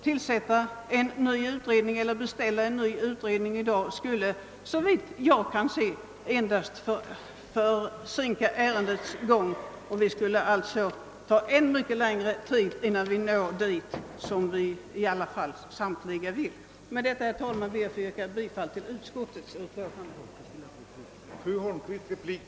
Att beställa en ny utredning i dag skulle, såvitt jag kan se, endast fördröja frågans avgörande, och det skulle ta ännu längre tid innan vi når dit vi samtliga vill komma. Med det anförda ber jag att få yrka bifall till utskottets hemställan.